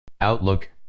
Outlook